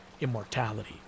immortality